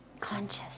conscious